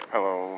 Hello